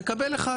תקבל אחד.